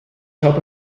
habe